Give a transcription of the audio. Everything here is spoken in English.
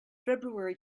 february